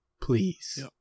Please